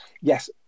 yes